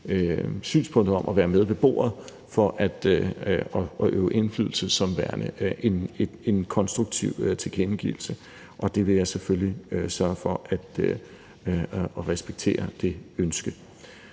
synspunktet om at være med ved bordet for at øve indflydelse som værende en konstruktiv tilkendegivelse, og jeg vil selvfølgelig sørge for at respektere det ønske.